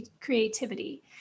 creativity